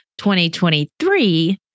2023